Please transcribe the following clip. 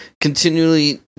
continually